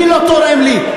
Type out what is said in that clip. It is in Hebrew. מי לא תורם לי.